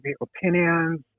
opinions